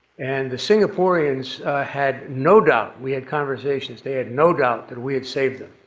and the singaporeans had no doubt, we had conversations, they had no doubt that we had saved them.